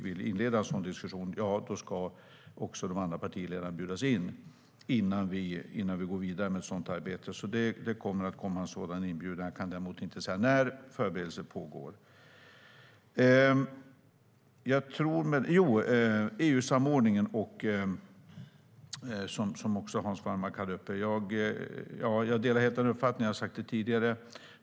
De andra partiledarna ska alltså bjudas in innan vi går vidare med ett sådant arbete, och det kommer att komma en sådan inbjudan. Jag kan inte säga när, men förberedelser pågår. När det gäller EU-samordningen och sådant som Hans Wallmark också tog upp delar jag helt den uppfattningen, och det har jag sagt tidigare.